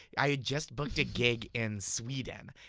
i had just booked a gig in sweden.